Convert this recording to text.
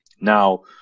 Now